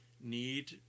need